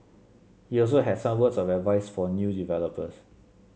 he also had some words of advice for new developers